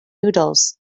noodles